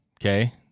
okay